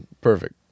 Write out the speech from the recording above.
perfect